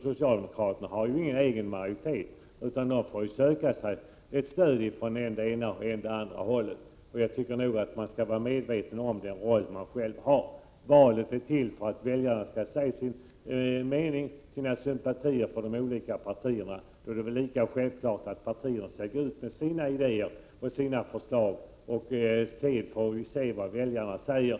Socialdemokraterna har ju ingen egen majoritet utan får söka stöd från än det ena, än det andra hållet. Jag tycker att man skall vara medveten om den roll man själv har. Valet är till för att väljarna skall få säga sin mening och visa sina sympatier för de olika partierna. Då är det självklart att partierna skall gå ut och presentera sina idéer och förslag. Sedan får vi se vad väljarna säger.